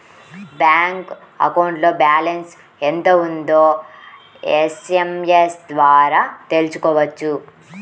bank అకౌంట్లో balance ఎంత ఉందో ఎస్ఎంఎస్ ద్వారా తెలుసుకోవచ్చు